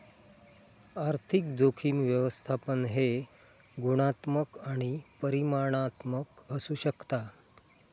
आर्थिक जोखीम व्यवस्थापन हे गुणात्मक आणि परिमाणात्मक असू शकता